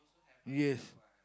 yes